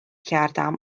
کردم